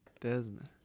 Desmond